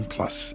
Plus